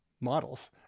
models